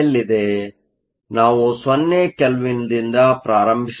ಆದ್ದರಿಂದ ನಾವು 0 ಕೆಲ್ವಿನ್ದಿಂದ ಪ್ರಾರಂಭಿಸುತ್ತೇವೆ